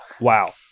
Wow